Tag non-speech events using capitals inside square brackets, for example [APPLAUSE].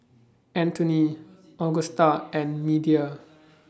[NOISE] Anthoney Augusta and Media